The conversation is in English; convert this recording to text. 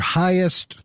highest